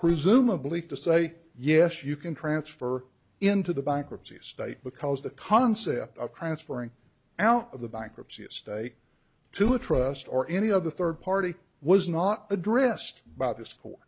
presumably to say yes you can transfer into the bankruptcy state because the concept of transferring l of the bankruptcy estate to a trust or any other third party was not addressed by th